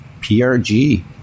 PRG